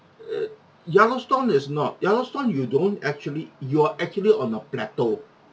uh yellowstone is not yellowstone you don't actually you're actually on a plateau